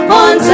on